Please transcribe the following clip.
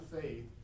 faith